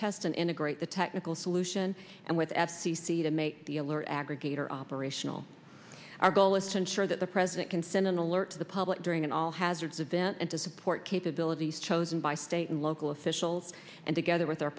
test and integrate the technical solution and with f c c to make the alert aggregator operational our goal is to ensure that the president can send an alert to the public during an all hazards of vent and to support capabilities chosen by state and local officials and together with our